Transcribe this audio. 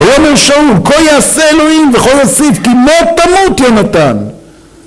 ולא נשארו כל יעשה אלוהים וכל יסיף כי מות תמות יונתן